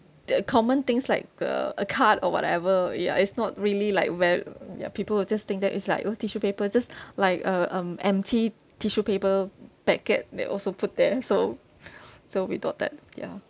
the common things like uh a card or whatever ya it's not really like ve~ ya people will just think that it's like oh tissue paper just like uh um empty tissue paper packet they also put there so so we thought that ya